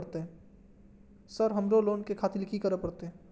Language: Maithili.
सर हमरो लोन ले खातिर की करें परतें?